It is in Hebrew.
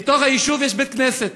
בתוך היישוב יש בית-כנסת.